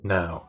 now